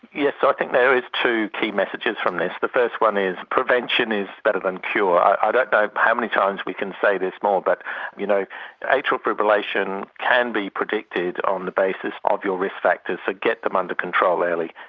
yes, i think there is two key messages from this. the first one is prevention is better than cure. i don't know how many times we can say this more, but you know atrial fibrillation can be predicted on the basis of your risk factors, so get them under control early.